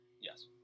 Yes